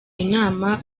inama